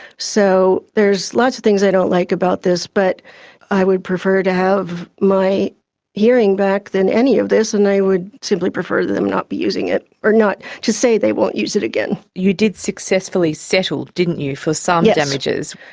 so there's lots of things i don't like about this, but i would prefer to have my hearing back than any of this and i would simply prefer them not be using it or to say they won't use it again. you did successfully settle, didn't you, for some damages.